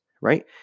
right